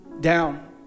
down